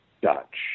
Dutch